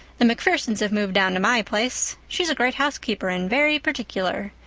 the macphersons have moved down to my place. she's a great housekeeper and very particular.